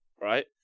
right